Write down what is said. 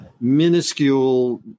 minuscule